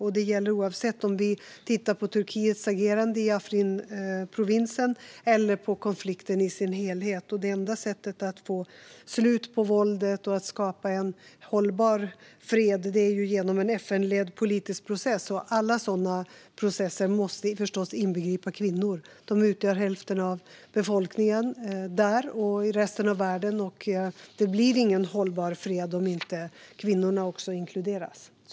Detta gäller oavsett om vi tittar på Turkiets agerande i Afrinprovinsen eller på konflikten i dess helhet. Det enda sättet att få slut på våldet och skapa en hållbar fred är genom en FN-ledd politisk process. Alla sådana processer måste inbegripa kvinnor, som utgör hälften av befolkningen där och i resten av världen. Det blir ingen hållbar fred om inte kvinnorna inkluderas.